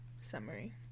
summary